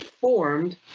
formed